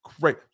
great